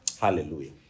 Hallelujah